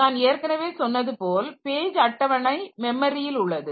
நான் ஏற்கனவே சொன்னது போல் பேஜ் அட்டவணை மெமரியில் உள்ளது